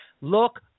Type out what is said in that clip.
Look